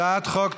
הצעת החוק התקבלה.